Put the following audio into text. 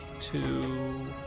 two